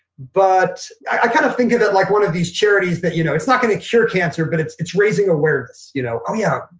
but i kind of think of it like one of these charities that you know it's not going to cure cancer but it's it's raising awareness. you know oh yeah,